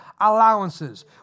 allowances